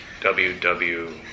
WW